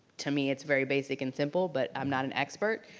to me it's very basic and simple but i'm not an expert.